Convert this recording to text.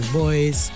boys